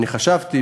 אני חשבתי,